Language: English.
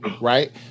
Right